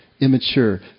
immature